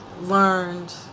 learned